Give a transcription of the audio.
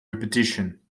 repetition